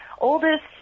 oldest